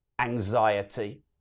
anxiety